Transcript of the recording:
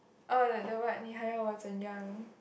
oh the the what 你还要我怎样